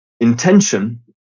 intention